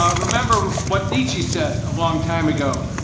ah remember what nietchze said a long time ago.